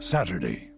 Saturday